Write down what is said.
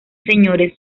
señores